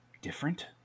different